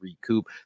recoup